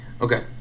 Okay